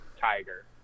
Tiger